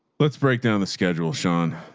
let's break down the schedule. sean,